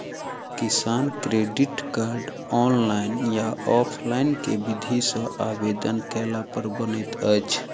किसान credit card, online या offline केँ विधि सँ आवेदन कैला पर बनैत अछि?